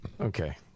Okay